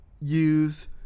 use